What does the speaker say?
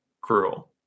cruel